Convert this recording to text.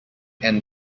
and